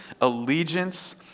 allegiance